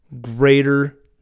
greater